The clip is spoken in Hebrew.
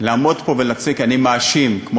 לעמוד פה ולצעוק "אני מאשים", כמו